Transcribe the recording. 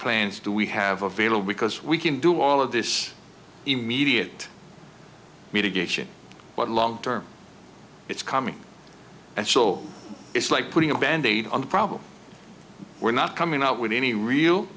planes do we have available because we can do all of this immediate me to give a shit what long term it's coming and so it's like putting a band aid on the problem we're not coming up with any real